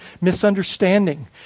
misunderstanding